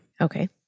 Okay